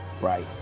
right